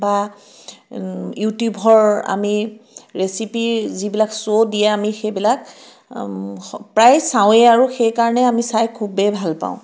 বা ইউটিউভৰ আমি ৰেচিপি যিবিলাক শ্ব' দিয়ে আমি সেইবিলাক প্ৰায় চাওঁৱেই আৰু সেইকাৰণে আমি চাই খুবেই ভাল পাওঁ